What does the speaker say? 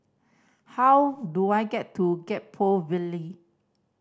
how do I get to Gek Poh Ville